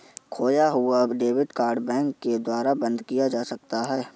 खोया हुआ debit card bank के द्वारा बंद किया जा सकता है